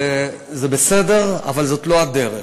זה בסדר, אבל זאת לא הדרך.